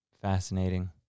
Fascinating